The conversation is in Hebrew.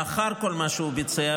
לאחר כל מה שהוא ביצע,